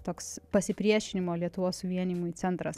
toks pasipriešinimo lietuvos suvienijimui centras